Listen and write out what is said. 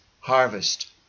harvest